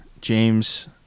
james